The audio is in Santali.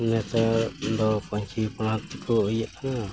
ᱱᱮᱛᱟᱨ ᱫᱚ ᱯᱟᱹᱧᱪᱤ ᱯᱟᱬᱦᱟᱴ ᱠᱚ ᱤᱭᱟᱹᱜ ᱠᱟᱱᱟ